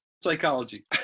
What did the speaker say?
psychology